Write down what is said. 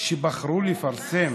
שבחרו לפרסם